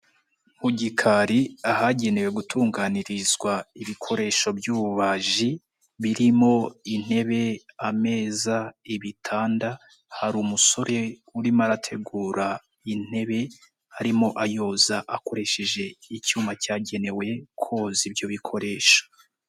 Mu gikari ahagenewe gutunganirizwa ibikoresho by'ububaji birimo intebe, ameza, ibitanda, hari umusore urimo arategura intebe urimo ayoza akoresheje icyuma cyagenewe koza ibyo bikoresho.